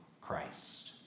Christ